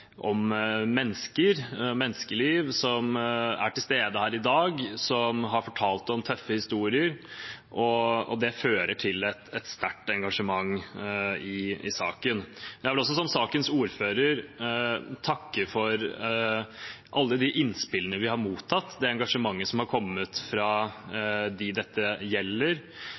om menneskeliv, om mennesker som er til stede her i dag, som har fortalt tøffe historier, og det fører til et sterkt engasjement i saken. Jeg vil også som sakens ordfører takke for alle de innspillene vi har mottatt, det engasjementet som har kommet fra dem dette gjelder,